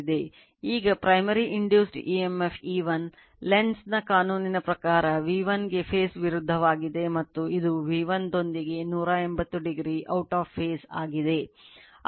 ಈಗ primary induced emf E1 ಲೆನ್ಜ್ನ ಕಾನೂನಿನ ಪ್ರಕಾರ V1 ಗೆ ಫೇಸ್ ವಿರುದ್ಧವಾಗಿದೆ ಮತ್ತು ಇದು V1 ರೊಂದಿಗೆ 180o ಔಟ್ ಆಫ್ ಫೇಸ್ ಆಗಿದೆ